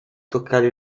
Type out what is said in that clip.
toccare